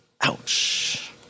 Ouch